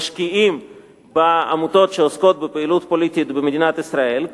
משקיעות בעמותות שעוסקות בפעילות פוליטית במדינת ישראל,